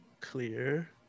Clear